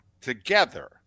together